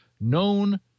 known